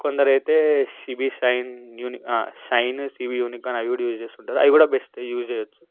కొందరైతే CB Shine uni Shine CB Unicorn అవి కూడా యూస్ చేస్తుంటారు అవి కూడా బెస్ట్ యూజ్ చేయొచ్చు